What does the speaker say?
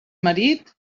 marit